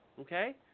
okay